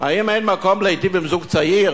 האם אין מקום להיטיב עם זוג צעיר?